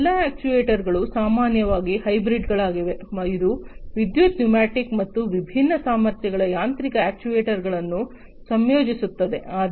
ಈ ಎಲ್ಲಾ ಅಕ್ಚುಯೆಟರ್ಸ್ಗಳು ಸಾಮಾನ್ಯವಾಗಿ ಹೈಬ್ರಿಡ್ಗಳಾಗಿವೆ ಇದು ವಿದ್ಯುತ್ ನ್ಯೂಮ್ಯಾಟಿಕ್ ಮತ್ತು ವಿಭಿನ್ನ ಸಾಮರ್ಥ್ಯಗಳ ಯಾಂತ್ರಿಕ ಅಕ್ಚುಯೆಟರ್ಸ್ಗಳನ್ನು ಸಂಯೋಜಿಸುತ್ತದೆ